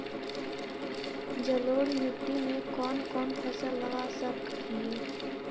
जलोढ़ मिट्टी में कौन कौन फसल लगा सक हिय?